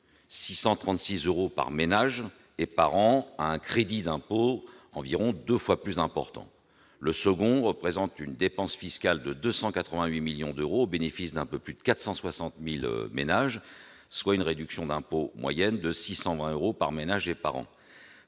636 euros par ménage et par an à un crédit d'impôt environ deux fois plus important. Le second représente une dépense fiscale de 288 millions d'euros, au bénéfice d'un peu plus de 460 000 ménages, soit une réduction d'impôt moyenne de 620 euros par ménage et par an.